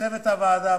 לצוות הוועדה,